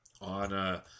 on